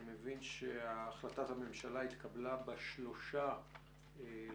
אני מבין שהחלטת הממשלה התקבלה ב-3 לחודש.